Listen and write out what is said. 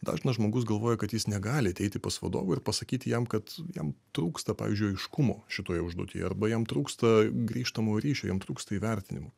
dažnas žmogus galvoja kad jis negali ateiti pas vadovą ir pasakyti jam kad jam trūksta pavyzdžiui aiškumo šitoje užduotį arba jam trūksta grįžtamojo ryšio jam trūksta įvertinimų